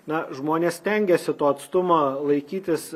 na žmonės stengiasi to atstumo laikytis